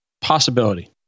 Possibility